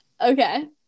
Okay